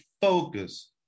focus